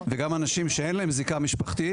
וגם אנשים שאין להם זיקה משפחתית.